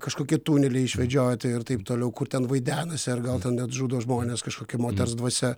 kažkokie tuneliai išvedžioti ir taip toliau kur ten vaidenasi ar gal ten net žudo žmones kažkokia moters dvasia